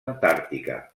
antàrtica